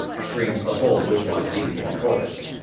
screams the whole bourgeoisie in chorus.